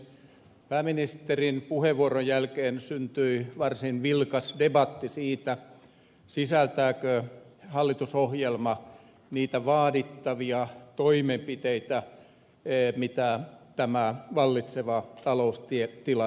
pääministerin puheenvuoron jälkeen syntyi varsin vilkas debatti siitä sisältääkö hallitusohjelma niitä vaadittavia toimenpiteitä mitä tämä vallitseva taloustilanne edellyttää